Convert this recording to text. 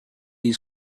his